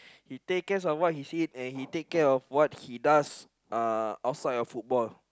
he take cares of what he eat and he take care of what he does uh outside of football